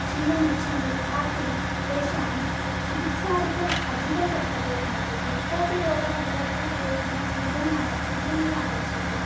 क्षीरं यच्छन्ति तथापि तेषां चिकित्सादिकम् अधिकं कर्तव्यं भवति यः कोपि रोगः भवतु तेभ्यः शीघ्रं शीघ्रमेव आगच्छति